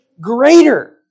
greater